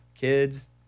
kids